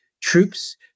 troops